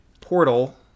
portal